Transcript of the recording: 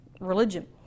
religion